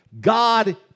God